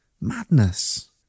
Madness